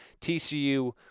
TCU